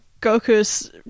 goku's